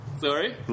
Sorry